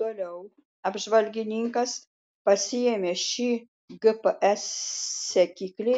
toliau apžvalgininkas pasiėmė šį gps sekiklį